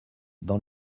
dans